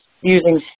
using